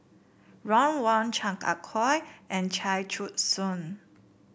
Ron Wong Chan Ah Kow and Chia Choo Suan